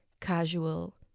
casual